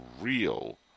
real